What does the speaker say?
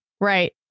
Right